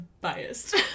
biased